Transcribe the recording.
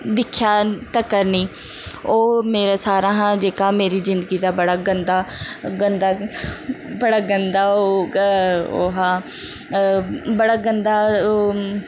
दिक्खेआ तकर नी ओह् मेरा सारें शा जेह्का मेरी जिंदगी दा बड़ा गंदा गंदा बड़ा गंदा ओह् ओह् हा अ बड़ा गंदा ओह्